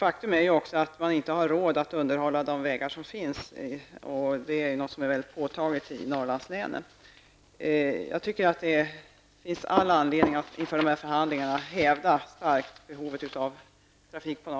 Faktum är ju att man inte har råd att underhålla de vägar som finns, och det är något som är mycket påtagligt i Norrlandslänen. Jag tycker att det finns all anledning att inför förhandlingarna starkt hävda behovet av trafik i